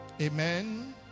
Amen